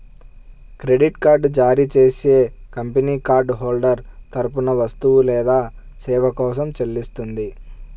credit card జారీ చేసే company card holder తరపున వస్తువు లేదా సేవ కోసం చెల్లిస్తుంది